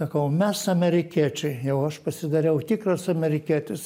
sakau mes amerikiečiai jau aš pasidariau tikras amerikietis